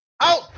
out